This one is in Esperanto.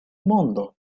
mondo